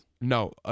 No